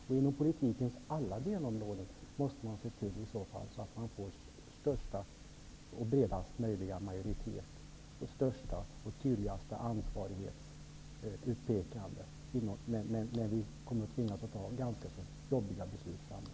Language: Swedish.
Man måste i så fall se till att man får största och bredaste majoritet inom politikens alla delområden och största och tydligaste ansvarsutpekande, när vi kommer att tvingas att fatta ganska jobbiga beslut framöver.